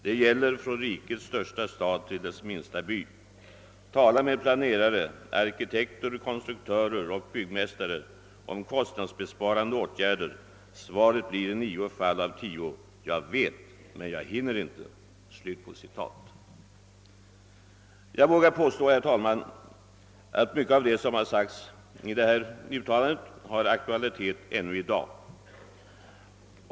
Det gäller från rikets största stad till dess minsta by. Tala med planerare, arkitekter, konstruktörer och byggmästare om kostnadsbesparande åtgärder. Svaret blir i nio fall av tio — jag vet, men jag hinner inte.» Jag vågar påstå, herr talman, att mycket av det som sagts i detta uttalande har aktualitet ännu i dag.